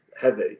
heavy